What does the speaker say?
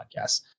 podcasts